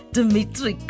Dimitri